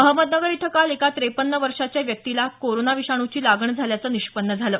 अहमदनगर इथं काल एका ट्रेपन्न वर्षाच्या व्यक्तीला कोरोना विषाणूची लागण झाल्याचं निष्पन्न झालं